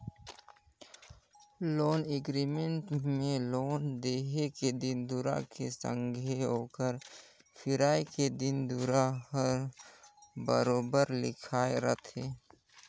loan agreement में loan देहे के दिन दुरा के संघे ओकर फिराए के दिन दुरा हर बरोबेर लिखाए रहथे